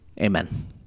Amen